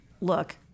look